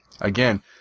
again